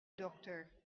dokter